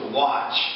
watch